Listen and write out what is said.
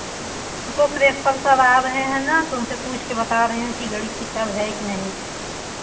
रुको principal sir आ रहे हैं ना तो उनसे पूछ के बता रही हूँ कि गणित की किताब है कि नहीं